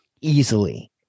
Easily